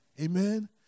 amen